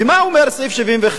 ומה אומר סעיף 71?